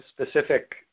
specific